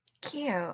Cute